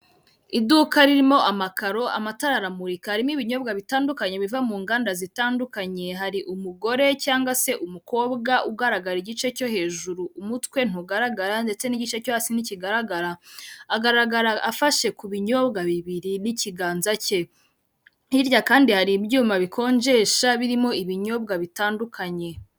Iduka ririmo amakaro amatara aramurika harimo ibinyobwa bitandukanye biva mu nganda zitandukanye hari umugore cyangwa se umukobwa ugaragara igice cyo hejuru umutwe ntugaragara ndetse n'igice cyo hasi ntikigaragara, agaragara afashe ku binyobwa bibiri n'ikiganza cye hirya kandi hari ibyuma bikonjesha birimo ibinyobwa bitandukanye.